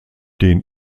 den